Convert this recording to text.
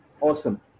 awesome